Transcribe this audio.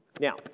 now